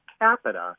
capita